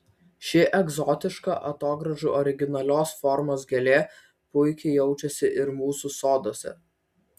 ši egzotiška atogrąžų originalios formos gėlė puikiai jaučiasi ir mūsų soduose